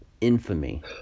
infamy